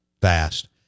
fast